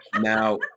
Now